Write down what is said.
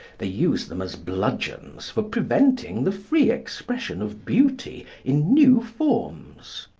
they use them as bludgeons for preventing the free expression of beauty in new forms.